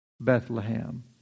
Bethlehem